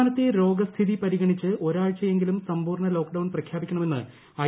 സംസ്ഥാനത്തെ രോഗസ്ഥിതി പരിഗണിച്ച് ഒരാഴ്ചയെങ്കിലും സമ്പൂർണ ലോക്ക്ഡൌൺ പ്രഖ്യാപിക്കണമെന്ന് ഐ